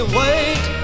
wait